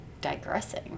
digressing